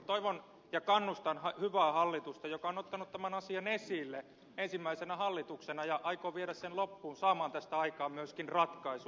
toivon ja kannustan hyvää hallitusta joka on ottanut tämän asian esille ensimmäisenä hallituksena ja aikoo viedä sen loppuun saamaan tästä aikaan myöskin ratkaisun